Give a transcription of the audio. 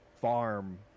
farm